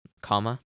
comma